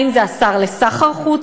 האם זה השר לסחר חוץ?